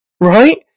right